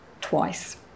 twice